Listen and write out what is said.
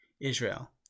Israel